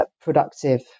productive